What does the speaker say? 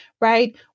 right